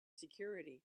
security